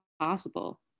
possible